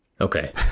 Okay